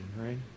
right